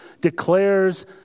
declares